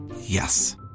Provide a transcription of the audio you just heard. Yes